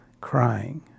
crying